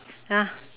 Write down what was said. Na